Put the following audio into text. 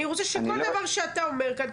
אני רוצה שכל דבר שאתה אומר כאן,